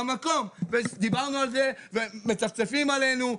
דיברנו על זה ומצפצפים עלינו.